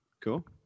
cool